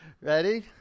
Ready